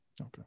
Okay